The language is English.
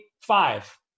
five